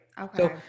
Okay